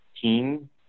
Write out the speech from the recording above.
team